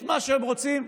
מה שהם רוצים,